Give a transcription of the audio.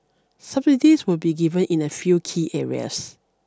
subsidies will be given in a few key areas